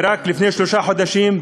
ורק לפני שלושה חודשים,